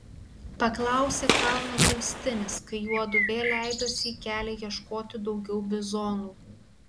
paklausė kalno griaustinis kai juodu vėl leidosi į kelią ieškoti daugiau bizonų